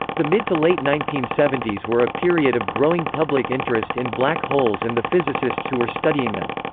the mid to late nineteen seventy s were a period of growing public interest in black holes and the physicists who were studying them.